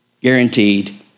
Guaranteed